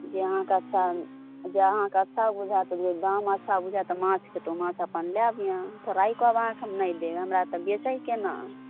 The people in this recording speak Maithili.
जे अहाँके अच्छा जे अहाँके अच्छा बुझायत जे दाम अच्छा बुझायत माछके तऽ ओ माछ अपना लए लेब ट्राइ कऽके हम अहाँके नहि देब हमरा बेचेके ना